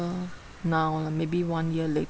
now lah maybe one year later